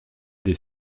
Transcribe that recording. des